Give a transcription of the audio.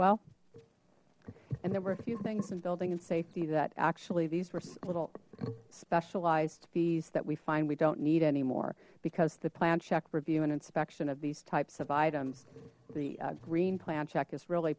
well and there were a few things in building and safety that actually these were little specialized fees that we find we don't need anymore because the plan check review and inspection of these types of items the green plan check is really